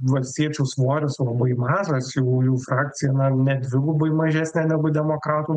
valstiečių svoris labai mažas jau jų frakcija na ne dvigubai mažesnė negu demokratų